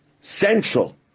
central